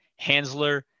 hansler